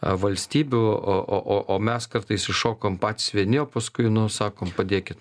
valstybių o o o mes kartais iššokom patys vieni o paskui nu sakom padėkit